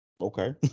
Okay